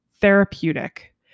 therapeutic